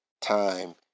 time